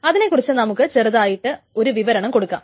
അതിനെക്കുറിച്ച് നമ്മൾക്ക് ചെറുതായിട്ട് ഒരു വിവരണം കൊടുക്കാം